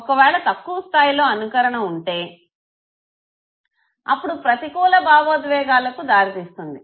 ఒకవేళ తక్కువ స్థాయిలో అనుకరణ ఉంటే అప్పుడు ప్రతికూల భావోద్వేగాలకు దారితీస్తుంది